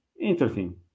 interesting